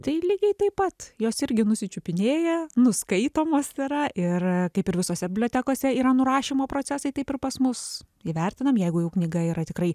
tai lygiai taip pat jos irgi nusičiupinėja nuskaitomos yra ir kaip ir visose bibliotekose yra nurašymo procesai taip ir pas mus įvertinam jeigu jau knyga yra tikrai